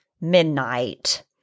Midnight